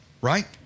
right